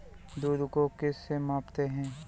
दूध को किस से मापते हैं?